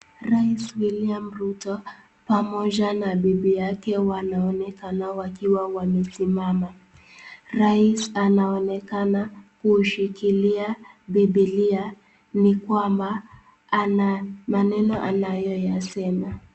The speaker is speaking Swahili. Raisi William Ruto pamoja na bibi yake wanaonekana wakiwa wamesimama, Raisi anaonekana kushikilia Bibilia ni kwamba anamaneno anayoyasema.